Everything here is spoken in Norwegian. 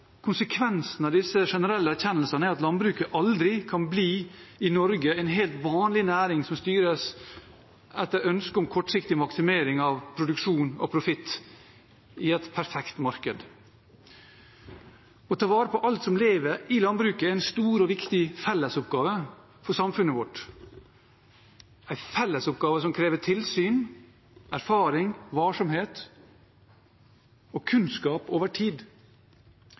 Konsekvensen av disse generelle erkjennelsene er at landbruket i Norge aldri kan bli en helt vanlig næring, som styres etter et ønske om kortsiktig maksimering av produksjon og profitt i et perfekt marked. Å ta vare på alt som lever i landbruket, er en stor og viktig fellesoppgave for samfunnet vårt – en fellesoppgave som krever tilsyn, erfaring, varsomhet og kunnskap over tid.